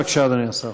בבקשה, אדוני השר.